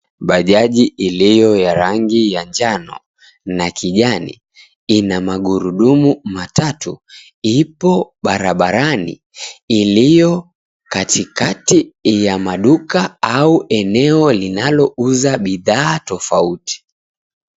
Bajaji iliyo ya rangi ya njano na kijani ina magurudumu matatu. Ipo barbarani iliyo katikati ya maduka au eneo linalouza bidhaa tofauti.